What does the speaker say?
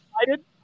excited